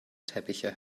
teppiche